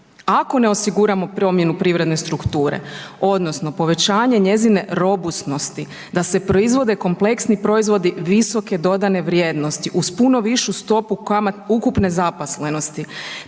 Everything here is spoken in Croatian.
Ako ne osiguramo promjene privredne strukture odnosno povećanje njezine robusnosti, da se proizvode kompleksni proizvodi visoke dodane vrijednosti uz puno višu stopu .../nerazumljivo/...